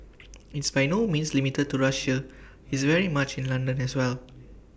it's by no means limited to Russia it's very much in London as well